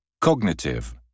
Cognitive